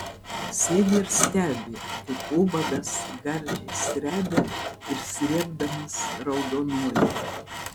sėdi ir stebi kaip ubagas gardžiai srebia ir srėbdamas raudonuoja